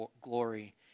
glory